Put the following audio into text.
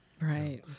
Right